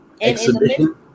Exhibition